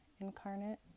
Incarnate